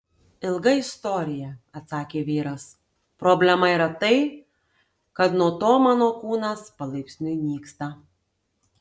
ilga istorija atsakė vyras problema yra tai kad nuo to mano kūnas palaipsniui nyksta